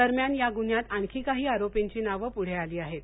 दरम्यान या गुन्ह्यात आणखी काही आरोपींची नावे पुढे थाली याहेत